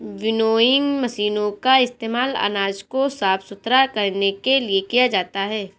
winnowing मशीनों का इस्तेमाल अनाज को साफ सुथरा करने के लिए किया जाता है